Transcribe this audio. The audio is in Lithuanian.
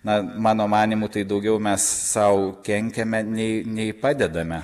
na mano manymu tai daugiau mes sau kenkiame nei nei padedame